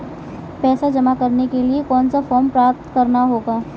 पैसा जमा करने के लिए कौन सा फॉर्म प्राप्त करना होगा?